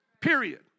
period